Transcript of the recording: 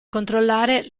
controllare